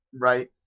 right